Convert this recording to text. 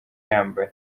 yambaye